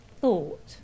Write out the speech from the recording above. thought